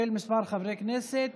של כמה חברי כנסת.